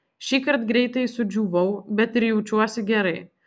šįkart greitai sudžiūvau bet ir jaučiuosi gerai